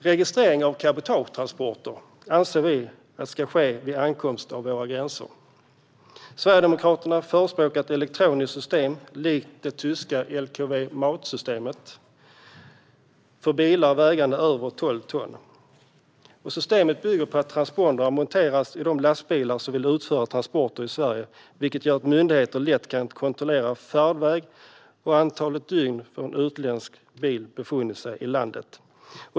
Registrering av cabotagetransporter anser vi ska ske vid ankomst till våra gränser. Sverigedemokraterna förespråkar ett elektroniskt system likt det tyska LKW-Maut-systemet för bilar vägande över tolv ton. Systemet bygger på att transpondrar monteras i de lastbilar som man vill ska utföra transporter i Sverige, vilket gör att myndigheterna lätt kan kontrollera färdväg och antal dygn som en utländsk bil har befunnit sig i landet.